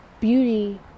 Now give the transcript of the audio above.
Beauty